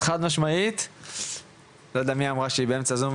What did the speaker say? חזק שאנחנו יכולים,